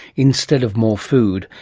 instead of more food,